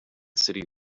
city